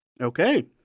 Okay